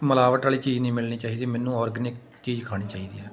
ਮਿਲਾਵਟ ਵਾਲੀ ਚੀਜ਼ ਨਹੀਂ ਮਿਲਣੀ ਚਾਹੀਦੀ ਮੈਨੂੰ ਔਰਗਨਿਕ ਚੀਜ਼ ਖਾਣੀ ਚਾਹੀਦੀ ਹੈ